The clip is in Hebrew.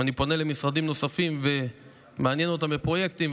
אם אני פונה למשרדים נוספים ומעניין אותם בפרויקטים,